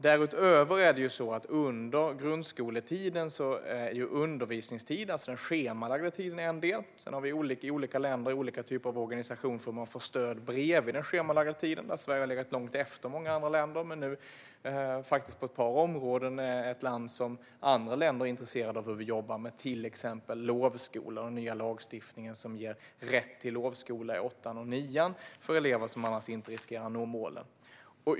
Därutöver är ju undervisningstiden, alltså den schemalagda tiden, under grundskoletiden en del. Sedan har vi i olika länder olika typer av organisation för hur eleverna får stöd bredvid den schemalagda tiden. Där har Sverige legat långt efter många andra länder, men nu är vi på ett par områden ett land som andra länder är intresserade av när det gäller hur vi jobbar med till exempel lovskolor. Det handlar om den nya lagstiftningen, som ger rätt till lovskola i åttan och nian för elever som annars riskerar att inte nå målen.